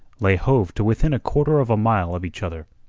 lay hove to within a quarter of a mile of each other,